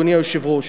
אדוני היושב-ראש,